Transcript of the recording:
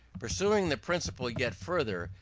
pursuing the principle yet further,